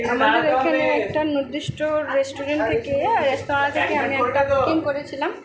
আমাদের একানে একটা নির্দিষ্ট রেস্টুরেন্ট থেকে রেস্তোরাঁ থেকে আমি একটা বুকিং করেছিলাম